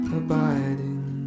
abiding